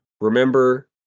Remember